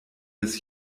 des